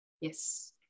Yes